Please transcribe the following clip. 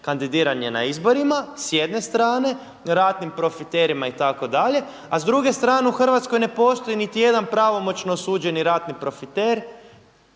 kandidiranje na izborima s jedne strane, ratnim profiterima itd. A s druge strane u Hrvatskoj ne postoji niti jedan pravomoćno osuđeni ratni profiter.